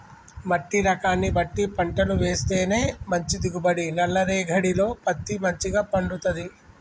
మట్టి రకాన్ని బట్టి పంటలు వేస్తేనే మంచి దిగుబడి, నల్ల రేగఢీలో పత్తి మంచిగ పండుతది